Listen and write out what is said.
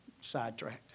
sidetracked